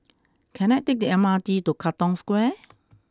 can I take the M R T to Katong Square